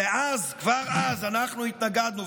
ואז, כבר אז, אנחנו התנגדנו.